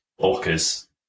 Orcas